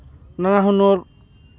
ᱱᱟᱱᱟᱦᱩᱱᱟᱹᱨ